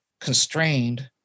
constrained